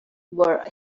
were